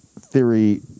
theory